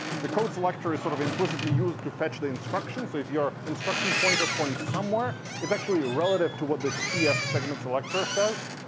the code selector is sort of implicitly used to fetch the instructions. so if your instruction pointer points somewhere, it's actually relative to what the cs segment selector says.